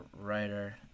writer